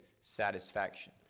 satisfaction